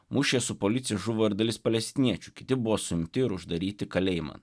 mūšyje su policija žuvo ir dalis palestiniečių kiti buvo suimti ir uždaryti kalėjiman